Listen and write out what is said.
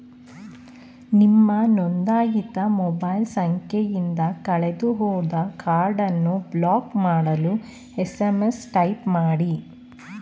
ನಿಮ್ಮ ನೊಂದಾಯಿತ ಮೊಬೈಲ್ ಸಂಖ್ಯೆಯಿಂದ ಕಳೆದುಹೋದ ಕಾರ್ಡನ್ನು ಬ್ಲಾಕ್ ಮಾಡಲು ಎಸ್.ಎಂ.ಎಸ್ ಟೈಪ್ ಮಾಡಿ